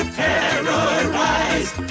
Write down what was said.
terrorize